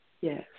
Yes